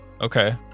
Okay